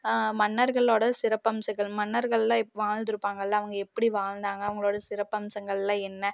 மன்னர்களோட சிறப்பம்சங்கள் மன்னர்கள்லாம் வாழ்ந்துருப்பாங்கள அவங்க எப்படி வாழ்ந்தாங்க அவங்களோட சிறப்பம்சங்கள்லாம் என்ன